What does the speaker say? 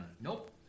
Nope